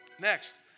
Next